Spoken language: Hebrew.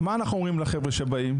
ומה אנחנו אומרים לחבר'ה שבאים?